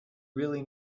really